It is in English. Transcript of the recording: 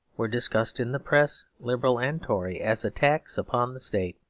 were discussed in the press, liberal and tory, as attacks upon the state.